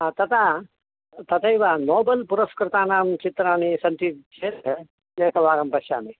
आ तथा तथैव नोबल् पुरस्कृतानां चित्राणि सन्ति चेत् एकवारं पश्यामि